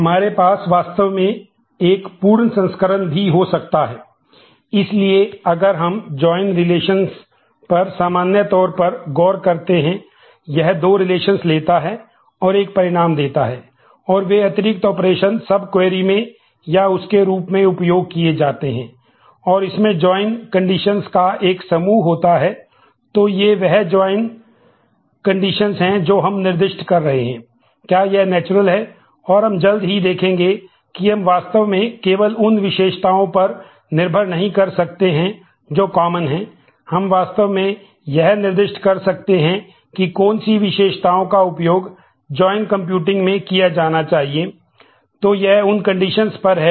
हमारे पास वास्तव में एक पूर्ण संस्करण भी हो सकता है